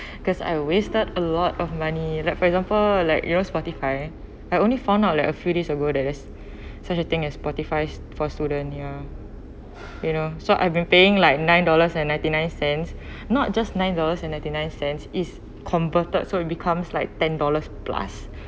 because I wasted a lot of money like for example like you know spotify I only found out like a few days ago there is such a thing as Spotify for students ya you know so I've been paying like nine dollars and ninety nine cents not just nine dollars and ninety nine cents is converted so it becomes like ten dollars plus